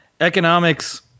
economics